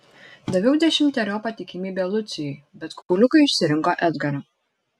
daviau dešimteriopą tikimybę lucijui bet kauliukai išsirinko edgarą